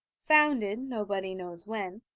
founded, nobody knows when,